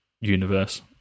universe